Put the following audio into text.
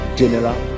general